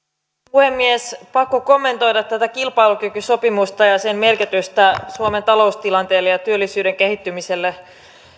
puhemies on pakko kommentoida tätä kilpailukykysopimusta ja sen merkitystä suomen taloustilanteelle ja ja työllisyyden kehittymiselle